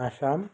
Assam